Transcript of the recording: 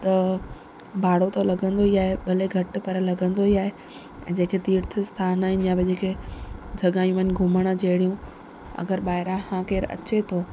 त भाड़ो त लॻंदो ई आहे भले घटि पर लॻंदो ई आहे ऐं जे के तीर्थ आस्थान आहिनि या भई जे के जॻहयूं आहिनि घुमण जहिड़ियूं अगरि ॿाहिरां खां केरु अचे थो